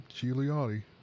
Giuliani